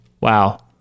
Wow